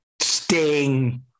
sting